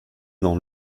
dans